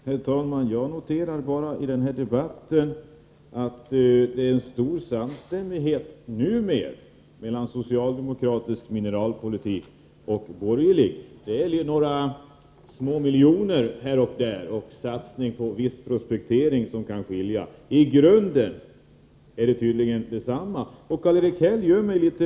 Herr talman! Jag noterar i den här debatten att det numera finns en stor samstämmighet mellan socialdemokratisk och borgerlig mineralpolitik. Det är några miljoner här och där och satsning på viss prospektering som kan skilja dem åt. I grunden är de båda tydligen överens.